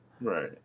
right